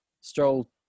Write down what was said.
Stroll